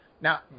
Now